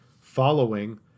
following